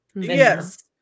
Yes